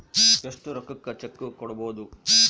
ಎಷ್ಟು ರೊಕ್ಕಕ ಚೆಕ್ಕು ಕೊಡುಬೊದು